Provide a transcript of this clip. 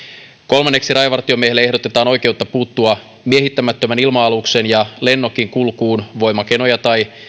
kolmanneksi rajavartiomiehelle ehdotetaan oikeutta puuttua miehittämättömän ilma aluksen ja lennokin kulkuun voimakeinoja tai